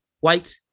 white